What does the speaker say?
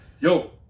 Yo